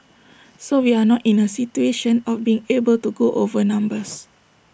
so we are not in A situation of being able to go over numbers